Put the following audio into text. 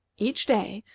each day,